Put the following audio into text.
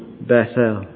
Bethel